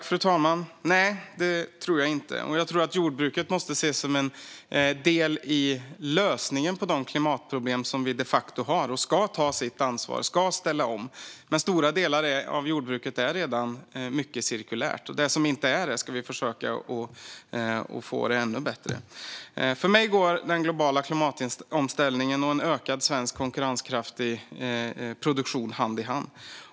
Fru talman! Nej, det tror jag inte. Jag tror att jordbruket måste ses som en del av lösningen på de klimatproblem som vi de facto har. Jordbruket ska ta sitt ansvar och ska ställa om. Stora delar av jordbruket är redan mycket cirkulärt, och det som inte är det ska vi försöka att få ännu bättre. För mig går den globala klimatomställningen och en ökad svensk konkurrenskraft i produktion hand i hand.